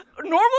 normal